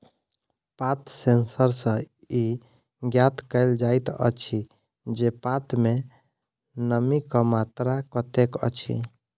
पात सेंसर सॅ ई ज्ञात कयल जाइत अछि जे पात मे नमीक मात्रा कतेक अछि